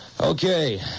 okay